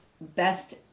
best